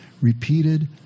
Repeated